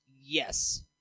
Yes